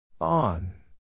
On